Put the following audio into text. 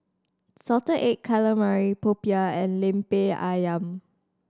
salted egg calamari popiah and Lemper Ayam